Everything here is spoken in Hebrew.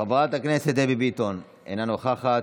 חברת הכנסת דבי ביטון, אינה נוכחת,